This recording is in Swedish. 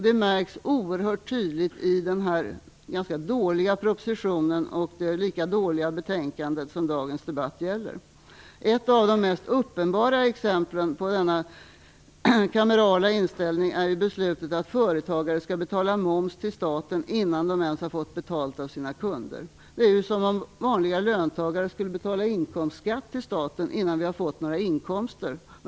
Det märks oerhört tydligt i den ganska dåliga proposition och i det lika dåliga betänkande som dagens debatt gäller. Ett av de mest uppenbara exemplen på denna kamerala inställning är beslutet att företagare skall betala moms till staten innan de ens har fått betalt av sina kunder. Det är som om vanliga löntagare skulle betala inkomstskatt till staten innan de har fått några inkomster.